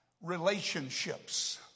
relationships